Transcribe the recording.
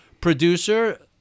producer